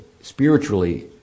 spiritually